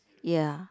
ya